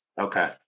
Okay